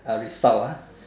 uh result ah